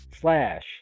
slash